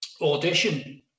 audition